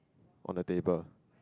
on the table